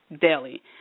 daily